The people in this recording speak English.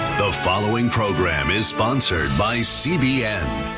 the following program is sponsored by cbn.